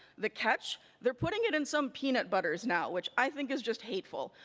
the catch they're putting it in some peanut butters now, which i think is just hateful.